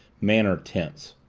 manner tense.